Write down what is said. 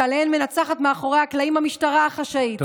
שעליהן מנצחת מאחורי הקלעים המשטרה החשאית,